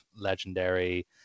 legendary